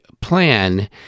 plan